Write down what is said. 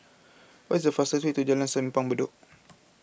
what is the fastest way to Jalan Simpang Bedok